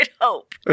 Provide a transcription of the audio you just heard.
hope